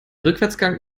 rückwärtsgang